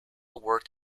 worked